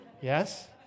Yes